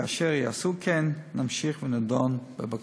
כאשר יעשו כן, נמשיך ונדון בבקשתם.